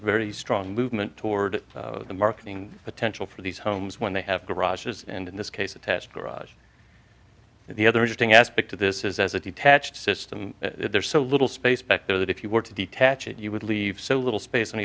very strong movement toward the marketing potential for these homes when they have garages and in this case attached garage the other interesting aspect to this is as a detached system there is so little space back there that if you were to detach it you would leave so little space on